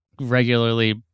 regularly